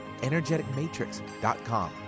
energeticmatrix.com